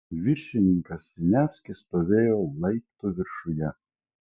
viršininkas siniavskis stovėjo laiptų viršuje